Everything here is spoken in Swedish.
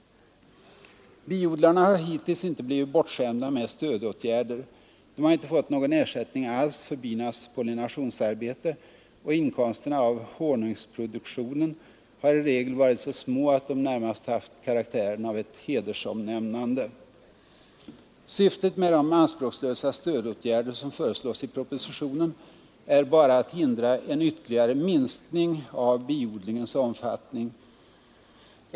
Biodlarna har hittills inte blivit bortskämda med stödåtgärder. De har inte fått någon ersättning alls för binas pollinationsarbete, och inkomsterna av honungsproduktionen har i regel varit så små att de närmast varit att jämställa med ett hedersomnämnande. Syftet med de anspråkslösa stödåtgärder som föreslås i propositionen är bara att hindra en ytterligare minskning av biodlingens omfattning.